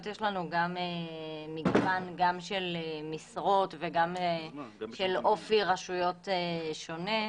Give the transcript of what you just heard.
יש לנו מגוון גם של משרות וגם של אופי רשויות שונה.